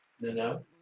no